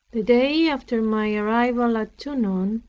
the day after my arrival at tonon,